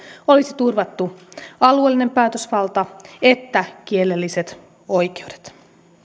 olisi turvattu sekä alueellinen päätösvalta että kielelliset oikeudet